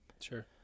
Sure